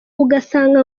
ugasanga